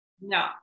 no